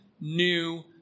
new